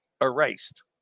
erased